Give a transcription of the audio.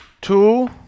Two